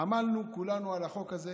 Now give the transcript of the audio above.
עמלנו כולנו על החוק הזה